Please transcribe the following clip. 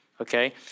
Okay